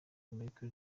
amerika